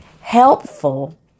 helpful